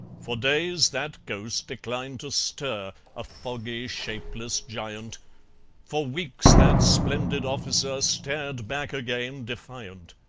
for days that ghost declined to stir, a foggy shapeless giant for weeks that splendid officer stared back again defiant.